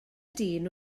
dyn